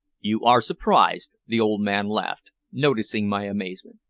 you are surprised, the old man laughed, noticing my amazement.